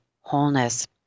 wholeness